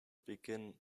begin